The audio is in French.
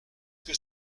que